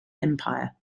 empire